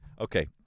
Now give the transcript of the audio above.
Okay